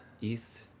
East